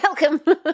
Welcome